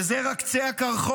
וזה רק קצה הקרחון.